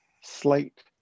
slate